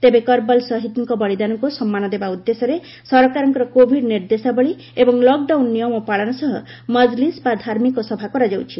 ତେବେ କରବଲ ସହିଦଙ୍କ ବଳିଦାନକୁ ସମ୍ମାନ ଦେବା ଉଦ୍ଦେଶ୍ୟରେ ସରକାରଙ୍କ କୋଭିଡ ନିର୍ଦ୍ଦେଶାବଳୀ ଏବଂ ଲକ୍ଡାଉନ୍ ନିୟମ ପାଳନ ସହ ମଜ୍ଲିସ ବା ଧାର୍ମିକ ସଭା କରାଯାଉଛି